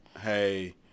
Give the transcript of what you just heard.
hey